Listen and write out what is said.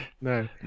no